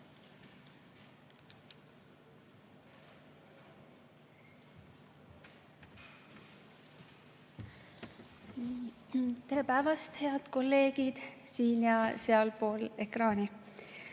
Tere päevast, head kolleegid siin- ja sealpool ekraani!